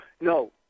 No